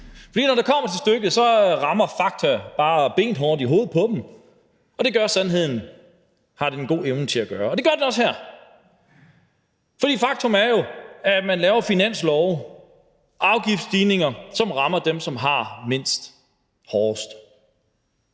For når det kommer til stykket, rammer fakta bare benhårdt i hovedet på dem. Det har sandheden en god evne til at gøre, og det gør den også her. For faktum er jo, at man laver finanslove og afgiftsstigninger, som rammer dem, som har mindst, hårdest.